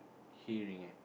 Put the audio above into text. hearing eh